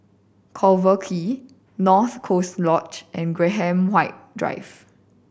Collyer Quay North Coast Lodge and Graham White Drive